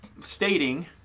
stating